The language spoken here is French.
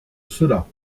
cela